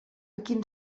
quin